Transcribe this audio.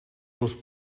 los